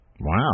Wow